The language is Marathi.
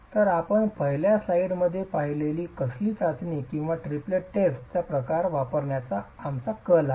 तर आपण पहिल्या स्लाइडमध्ये पाहिलेली कसली चाचणी किंवा ट्रिपलेट टेस्ट चा प्रकार वापरण्याचा आमचा कल आहे